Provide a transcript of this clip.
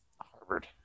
Harvard